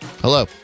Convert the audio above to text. Hello